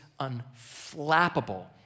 unflappable